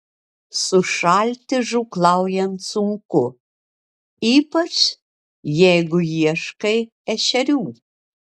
sušalti žūklaujant sunku ypač jeigu ieškai ešerių